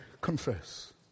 confess